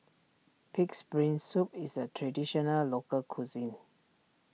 Pig's Brain Soup is a Traditional Local Cuisine